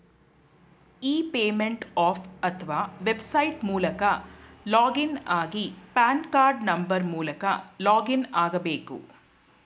E payment app ಅತ್ವ website ಮೂಲಕ login ಆಗಿ ಪಾನ್ ಕಾರ್ಡ್ ನಂಬರ್ ಮೂಲಕ ಲಾಗಿನ್ ಆಗ್ಬೇಕು